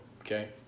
okay